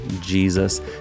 Jesus